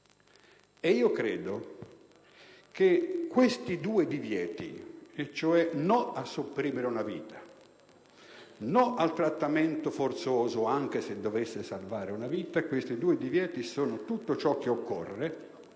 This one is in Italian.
Io credo che questi due divieti - no a sopprimere una vita, no al trattamento forzoso anche se dovesse salvare una vita - siano tutto ciò che occorre